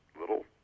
little